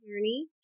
journey